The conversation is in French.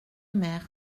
mer